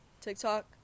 TikTok